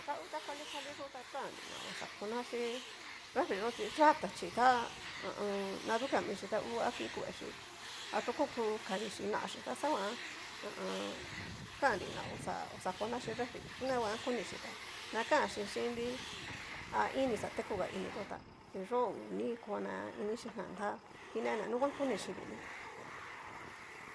Ta ngu ta kuali kuali yo'o ta kan nri na oxa konachí refriyó chí ya tachí ta ha a an. da dukua michí ta hu a kikuechí, a toko ku kadichí nrachí nachí ta xanguan ha a an. kanri na oxa oxa conachí refri to nunguan konichí tá nakanxhí xin'nri, a iin ni xa tekuga ini yó tá, niyó uni kona inichí jan tá kinea nuguan konichi vini.